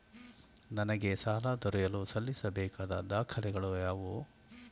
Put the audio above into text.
ನನಗೆ ಸಾಲ ದೊರೆಯಲು ಸಲ್ಲಿಸಬೇಕಾದ ದಾಖಲೆಗಳಾವವು?